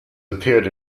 appeared